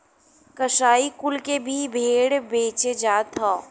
कसाई कुल के भी भेड़ बेचे जात हौ